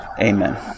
amen